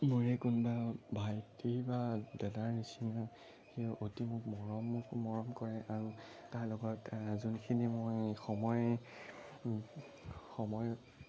মোৰে কোনোবা ভাইটি বা দাদাৰ নিচিনা যিয়ে অতি মোক মৰম মোক মৰম কৰে আৰু তাৰ লগত যোনখিনি মই সময় সময়